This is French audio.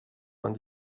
vingt